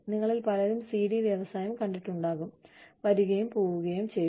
നിങ്ങളിൽ പലരും സിഡി വ്യവസായം കണ്ടിട്ടുണ്ടാകും വരികയും പോവുകയും ചെയ്യുന്നു